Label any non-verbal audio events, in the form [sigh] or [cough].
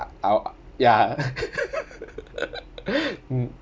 I w~ ya [laughs]